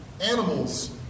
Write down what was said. animals